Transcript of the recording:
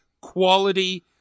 quality